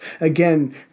Again